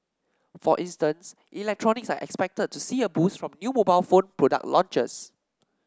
for instance electronics are expected to see a boost from new mobile phone product launches